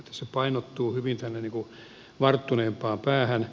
se painottuu hyvin tänne varttuneempaan päähän